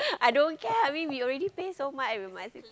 I don't care I mean we already pay so much we might